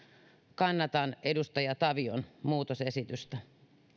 kannatan edustaja tavion muutosesitystä